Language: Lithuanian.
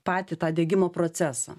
patį tą diegimo procesą